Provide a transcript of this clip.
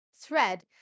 thread